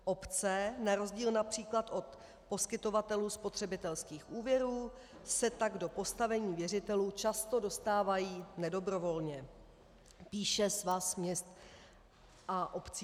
Obce na rozdíl například od poskytovatelů spotřebitelských úvěrů se tak do postavení věřitelů často dostávají nedobrovolně, píše Svaz měst a obcí ČR.